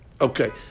Okay